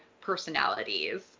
personalities